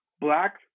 Black